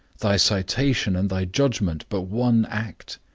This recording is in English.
thy citation and thy judgment, but one act?